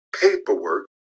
paperwork